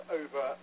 over